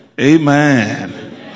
Amen